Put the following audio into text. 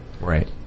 right